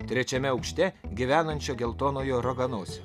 trečiame aukšte gyvenančio geltonojo raganosio